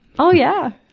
oh, yeah!